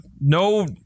No